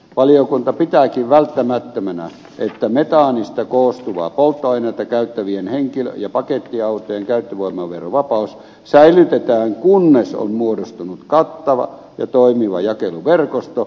valiokunta pitääkin välttämättömänä että metaanista koostuvaa polttoainetta käyttävien henkilö ja pakettiautojen käyttövoimaverovapaus säilytetään kunnes on muodostunut kattava ja toimiva jakeluverkosto